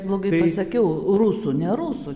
blogai pasakiau rusų ne rusų